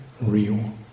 real